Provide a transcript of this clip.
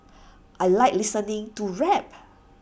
I Like listening to rap